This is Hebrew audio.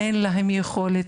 אין להם יכולת,